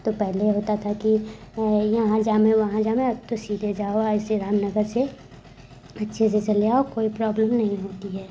तो पहले होता था कि यहाँ जाम है वहाँ जाम है तो सीधे जाओ ऐसे राम नगर से अच्छे से चले आओ कोई प्रॉबलम नहीं होती है